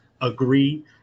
agree